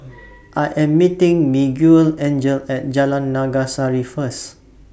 I Am meeting Miguelangel At Jalan Naga Sari First